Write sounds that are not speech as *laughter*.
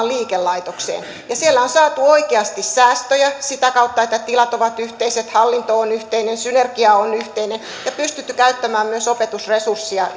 *unintelligible* liikelaitokseen ja siellä on saatu oikeasti säästöjä sitä kautta että että tilat ovat yhteiset hallinto on yhteinen synergia on yhteinen ja on pystytty käyttämään myös opetusresursseja *unintelligible*